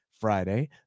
Friday